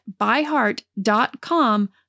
ByHeart.com